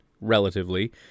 relatively